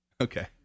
Okay